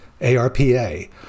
ARPA